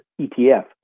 ETF